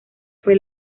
fue